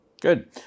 Good